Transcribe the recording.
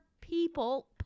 people